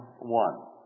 one